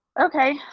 Okay